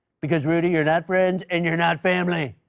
because, rudy, you're not friends, and you're not family,